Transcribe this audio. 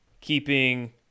keeping